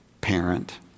parent